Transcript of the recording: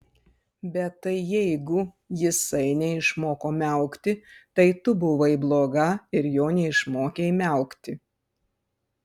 bet tai jeigu jisai neišmoko miaukti tai tu buvai bloga ir jo neišmokei miaukti